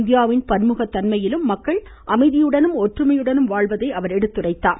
இந்தியாவின் பன்முகத்தன்மையிலும் மக்கள் அமைதியுடனும் ஒற்றுமையுடனும் வாழ்வதை அவர் எடுத்துரைத்தார்